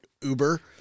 Uber